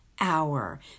Hour